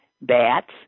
bats